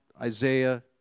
Isaiah